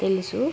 తెలుసు